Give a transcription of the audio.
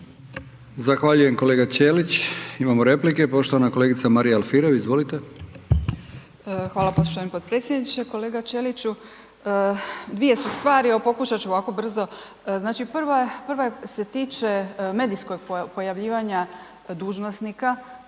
Zahvaljujem kolega Ćelić. Imamo replike, poštovana kolegica Marija Alfirev, izvolite.